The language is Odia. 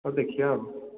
ହଉ ଦେଖିବା ଆଉ